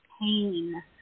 pain